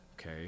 okay